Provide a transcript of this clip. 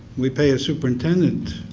we pay a superintendent,